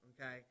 okay